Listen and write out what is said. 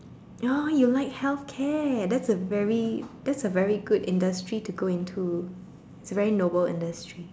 oh you like healthcare that's a very that's a very good industry to go into it's a very noble industry